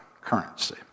currency